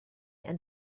and